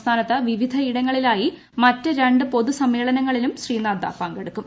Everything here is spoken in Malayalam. സംസ്ഥാനത്ത് വിവിധ ഇടങ്ങളിലായി മറ്റ് രണ്ട് പൊതു സമ്മേളനങ്ങളിലും ശ്രീ നദ്ദ പങ്കെടുക്കും